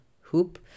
hoop